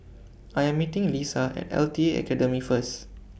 I Am meeting Leesa At L T A Academy First